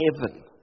heaven